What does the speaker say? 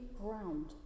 ground